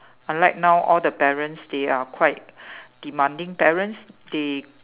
unlike now all the parents they are quite demanding parents they